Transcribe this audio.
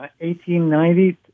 1890